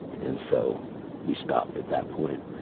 and so we stopped at that point.